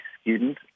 student